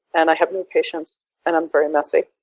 and i have no patience and i'm very messy.